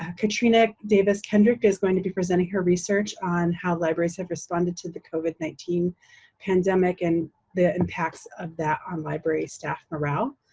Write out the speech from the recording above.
ah kaetrena davis kendrick is going to be presenting her research on how libraries have responded to the covid nineteen pandemic and the impacts of that on library staff morale.